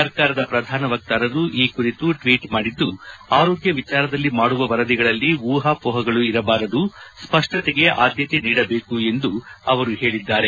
ಸರ್ಕಾರದ ಪ್ರಧಾನ ವಕ್ತಾರರು ಈ ಕುರಿತು ಟ್ವೀಟ್ ಮಾಡಿದ್ದು ಆರೋಗ್ಯ ವಿಚಾರದಲ್ಲಿ ಮಾಡುವ ವರದಿಗಳಲ್ಲಿ ಊಹಾಮೋಪಗಳು ಇರಬಾರದು ಸ್ಪಷ್ಟತೆಗೆ ಆದ್ಯತೆ ನೀಡಬೇಕು ಎಂದು ಅವರು ಹೇಳಿದ್ದಾರೆ